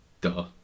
Duh